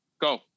Go